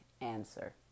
answer